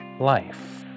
life